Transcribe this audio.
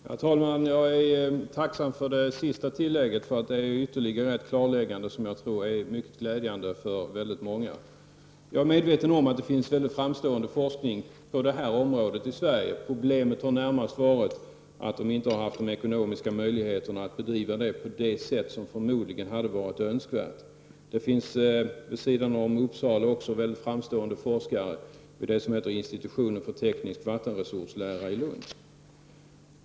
Herr talman! Jag är tacksam för det sista tillägget — det är ytterligare ett klarläggande som jag tror är mycket glädjande för många. Jag är medveten om att det finns framstående forskning på det här området i Sverige. Problemet har närmast varit att man inte har haft de ekonomiska möjligheterna att bedriva forskningen på det sätt som förmodligen hade varit önskvärt. Förutom i Uppsala finns det mycket framstående forskare vid institutionen för teknisk vattenresurslära i Lund.